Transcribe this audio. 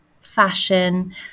fashion